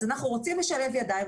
אז אנחנו רוצים לשלב ידיים,